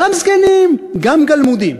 גם זקנים, גם גלמודים.